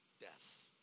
death